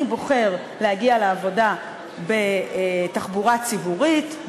אני בוחר להגיע לעבודה בתחבורה ציבורית,